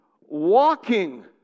walking